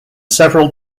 several